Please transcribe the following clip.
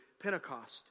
Pentecost